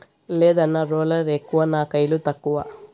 లేదన్నా, రోలర్ ఎక్కువ నా కయిలు తక్కువ